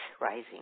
rising